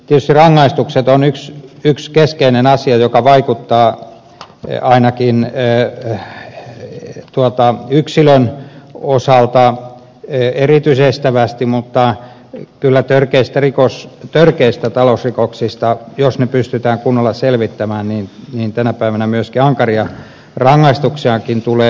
tietysti rangaistukset ovat yksi keskeinen asia joka vaikuttaa ainakin yksilön osalta erityisestävästi mutta kyllä törkeistä talousrikoksista jos ne pystytään kunnolla selvittämään tänä päivänä ankariakin rangaistuksia tulee